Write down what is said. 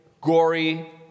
gory